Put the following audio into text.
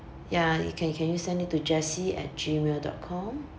ya you can can you send it to jessie at Gmail dot com